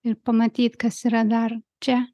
ir pamatyt kas yra dar čia